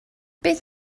beth